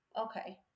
Okay